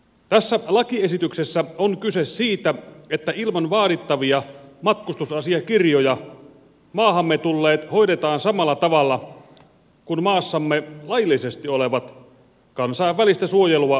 tässä lakiesityksessä on kyse siitä että ilman vaadittavia matkustusasiakirjoja maahamme tulleet hoidetaan samalla tavalla kuin maassamme laillisesti olevat kansainvälistä suojelua saavat turvapaikanhakijat